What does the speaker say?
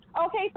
Okay